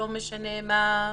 ולא משנה מה ---?